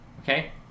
Okay